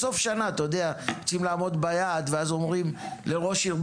בסוף שנה רוצים לעמוד ביעד ואז אומרים לראש עיר,